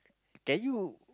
can you